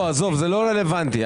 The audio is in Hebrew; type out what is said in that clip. עזוב, זה לא רלוונטי.